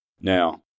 Now